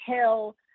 Hill